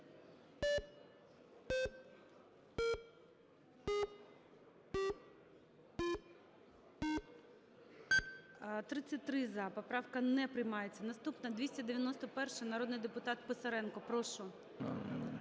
За-33 Поправка не приймається. Наступна - 291-а. Народний депутат Писаренко, прошу.